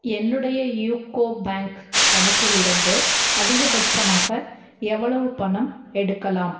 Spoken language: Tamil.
என்னுடைய யூக்கோ பேங்க் கணக்கில் இருந்து அதிகபட்சமாக எவ்வளவு பணம் எடுக்கலாம்